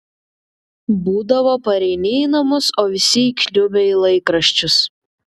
būdavo pareini į namus o visi įkniubę į laikraščius